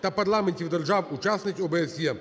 та парламентів держав учасниць ОБСЄ